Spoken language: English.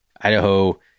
Idaho